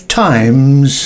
times